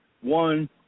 one